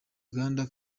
uganda